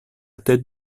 tête